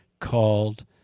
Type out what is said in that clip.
called